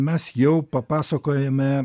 mes jau papasakojome